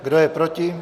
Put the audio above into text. Kdo je proti?